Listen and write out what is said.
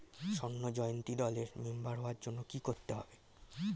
স্বর্ণ জয়ন্তী দলের মেম্বার হওয়ার জন্য কি করতে হবে?